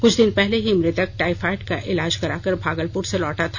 कुछ दिन पहले ही मृतक टाइफाइड का इलाज कराकर भागलपुर से लौटा था